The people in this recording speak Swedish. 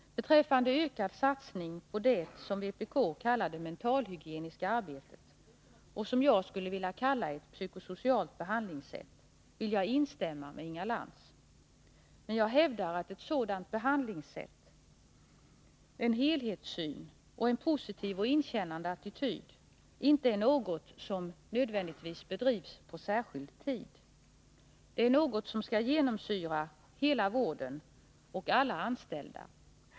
Beträffande ökad satsning på vad vpk kallar det mentalhygieniska arbetet och som jag vill kalla ett psykosocialt behandlingssätt instämmer jag med Inga Lantz, men jag hävdar att ett sådant behandlingssätt, en helhetssyn och en positiv och inkännande attityd inte är något som nödvändigtvis bedrivs på särskild tid. Det är något som skall genomsyra hela vården och alla anställda.